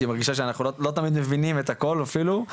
כי היא מרגישה שאנחנו לא תמיד מבינים את הכל אפילו.